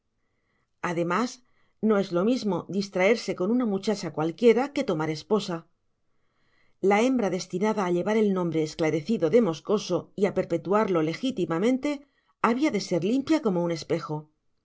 además no es lo mismo distraerse con una muchacha cualquiera que tomar esposa la hembra destinada a llevar el nombre esclarecido de moscoso y a perpetuarlo legítimamente había de ser limpia como un espejo